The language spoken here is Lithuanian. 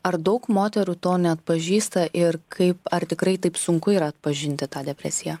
ar daug moterų to neatpažįsta ir kaip ar tikrai taip sunku yra atpažinti tą depresiją